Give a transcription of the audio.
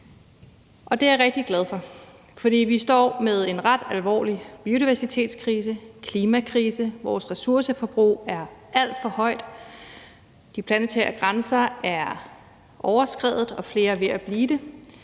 Det er jeg rigtig glad for. Vi står med en ret alvorlig biodiversitetskrise og klimakrise, vores ressourceforbrug er alt for højt, og de planetære grænser er overskredet, og flere er ved at blive det.